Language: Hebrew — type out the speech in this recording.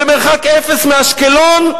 במרחק אפס מאשקלון?